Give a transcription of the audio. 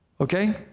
Okay